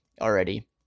already